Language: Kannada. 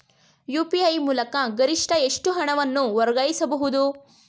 ಯು.ಪಿ.ಐ ಮೂಲಕ ಗರಿಷ್ಠ ಎಷ್ಟು ಹಣವನ್ನು ವರ್ಗಾಯಿಸಬಹುದು?